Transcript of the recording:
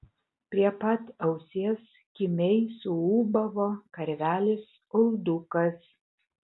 prie pat ausies kimiai suūbavo karvelis uldukas